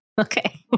okay